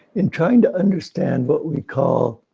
in trying to understand what we call.